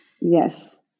Yes